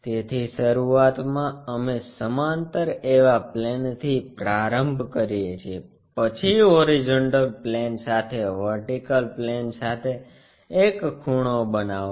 તેથી શરૂઆતમાં અમે સમાંતર એવા પ્લેનથી પ્રારંભ કરીએ છીએ પછી હોરીઝોન્ટલ પ્લેન સાથે વર્ટિકલ પ્લેન સાથે એક ખૂણો બનાવો